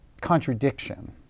contradiction